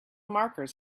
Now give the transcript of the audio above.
markers